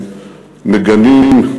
מגנים,